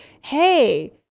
hey